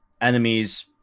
enemies